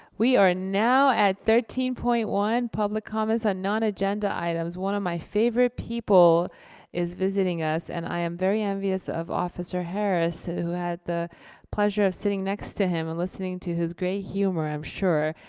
we are now at thirteen point one, public comments, on non-agenda items. one of my favorite people is visiting us. and i am very envious of officer harris who had the pleasure of sitting next to him and listening to his great humor, i'm sure.